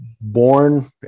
born